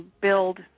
build